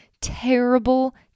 terrible